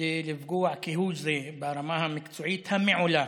כדי לפגוע כהוא זה ברמה המקצועית המעולה